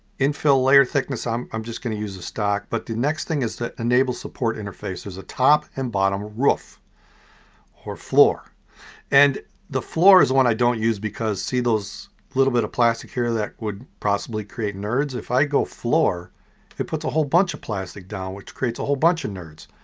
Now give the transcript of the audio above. infill layer thickness, i'm i'm just gonna use the stock setting. but the next thing is to enable support interface. there's a top and bottom roof or floor and the floor is one i don't use because see those a little bit of plastic here that would possibly create nerds. if i go floor it puts a whole bunch of plastic down which creates a whole bunch of nerds.